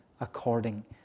according